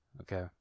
okay